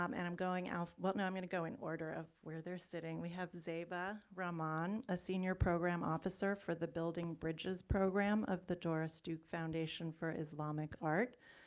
um and i'm going, well, no i'm gonna go in order of where they're sitting. we have zeyba rahman, a senior program officer for the building bridges program of the doris duke foundation for islamic art,